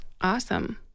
Awesome